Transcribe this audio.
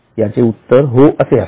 याचे उत्तर हो असे आहे